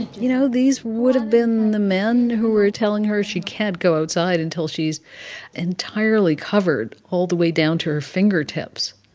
you know, these would've been the men who were telling her she can't go outside until she's entirely covered all the way down to her fingertips.